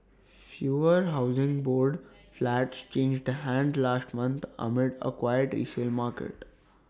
fewer Housing Board flats changed hands last month amid A quiet resale market